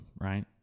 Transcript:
right